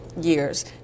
years